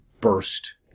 burst